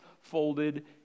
folded